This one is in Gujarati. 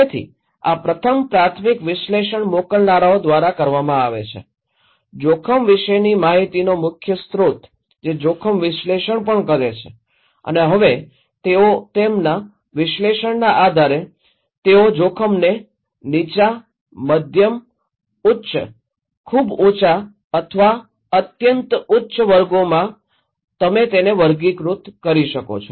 તેથી આ પ્રથમ પ્રાથમિક વિશ્લેષણ મોકલનારાઓ દ્વારા કરવામાં આવે છે જોખમ વિશેની માહિતીનો મુખ્ય સ્રોત તે જોખમ વિશ્લેષણ પણ કરે છે અને હવે તેઓ તેમના વિશ્લેષણના આધારે તેઓ જોખમને નીચા મધ્યમ ઉચ્ચ ખૂબ ઊંચા અથવા અત્યંત ઉચ્ચ વર્ગોમાં તમે તેને વર્ગીકૃત કરી શકો છો